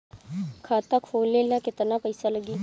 खाता खोले ला केतना पइसा लागी?